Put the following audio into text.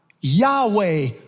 Yahweh